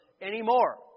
anymore